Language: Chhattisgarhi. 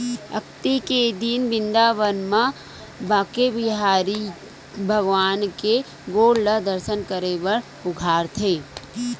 अक्ती के दिन बिंदाबन म बाके बिहारी भगवान के गोड़ ल दरसन करे बर उघारथे